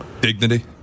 Dignity